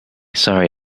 sorry